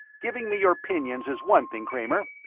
giving me your opinions is one thing, kramer,